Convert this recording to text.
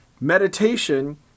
meditation